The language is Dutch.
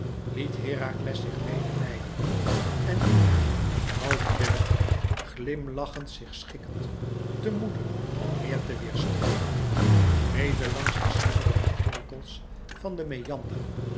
liet herakles zich mede leiden en liep hij half willig glimlachend zich schikkend te moede om meer te weêrstreven mede langs de slingerende krinkels van den meander